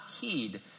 heed